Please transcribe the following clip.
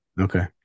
Okay